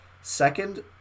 second